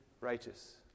righteous